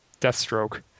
Deathstroke